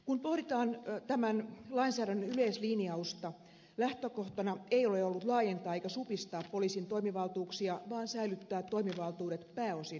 kun pohditaan tämän lainsäädännön yleislinjausta lähtökohtana ei ole ollut laajentaa eikä supistaa poliisin toimivaltuuksia vaan säilyttää toimivaltuudet pääosin nykyisellään